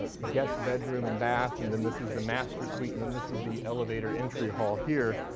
ah guest bedroom and bath, and then this is the master suite, and and this is the elevator entry hall here.